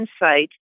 insight